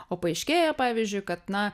o paaiškėja pavyzdžiui kad na